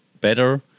better